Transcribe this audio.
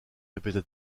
répéta